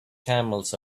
camels